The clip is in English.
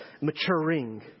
maturing